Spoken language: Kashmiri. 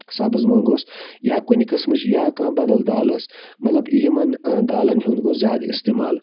سَبٔز مۄنگ اوس یا کُنہِ قسمٕچ یا بدل کانہہ دال ٲس مطلب یِمن دالَن ہُند گوٚو زیادٕ اِستعمال